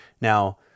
Now